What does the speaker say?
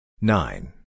Nine